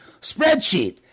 Spreadsheet